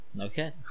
Okay